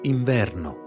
Inverno